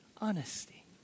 Honesty